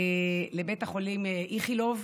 לבית החולים איכילוב.